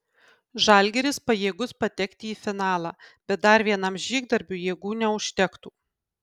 žalgiris pajėgus patekti į finalą bet dar vienam žygdarbiui jėgų neužtektų